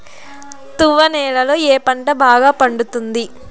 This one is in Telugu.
తువ్వ నేలలో ఏ పంట బాగా పండుతుంది?